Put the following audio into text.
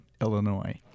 Illinois